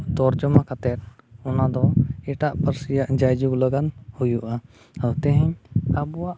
ᱛᱚᱨᱡᱚᱢᱟ ᱠᱟᱛᱮᱫ ᱚᱱᱟᱫᱚ ᱮᱴᱟᱜ ᱯᱟᱹᱨᱥᱤᱭᱟᱜ ᱡᱟᱭ ᱡᱩᱜᱽ ᱞᱟᱹᱜᱤᱫ ᱦᱩᱭᱩᱜᱼᱟ ᱟᱨ ᱛᱮᱦᱮᱧ ᱟᱵᱚᱣᱟᱜ